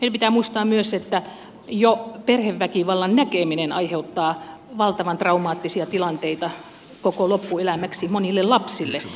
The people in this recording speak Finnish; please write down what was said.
meidän pitää muistaa myös että jo perheväkivallan näkeminen aiheuttaa valtavan traumaattisia tilanteita koko loppuelämäksi monille lapsille